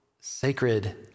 sacred